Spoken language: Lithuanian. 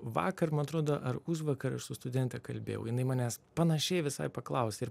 vakar man atrodo ar užvakar aš su studente kalbėjau jinai manęs panašiai visai paklausė ir